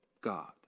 God